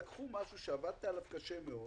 לקחו משהו שעבדת עליו קשה מאוד